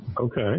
Okay